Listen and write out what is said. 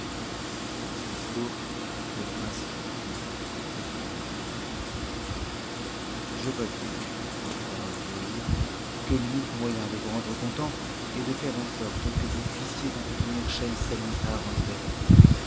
a ce discours le prince se tut et lui donna audience je vois bien reprit alors le joaillier que l'unique moyen de vous rendre content est de faire en sorte que vous puissiez entretenir schemselnihar en